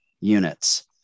units